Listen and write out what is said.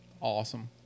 Awesome